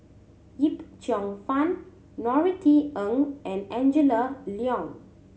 Yip Cheong Fun Norothy Ng and Angela Liong